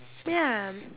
ya